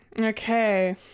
Okay